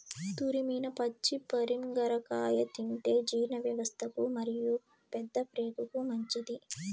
తురిమిన పచ్చి పరింగర కాయ తింటే జీర్ణవ్యవస్థకు మరియు పెద్దప్రేగుకు మంచిది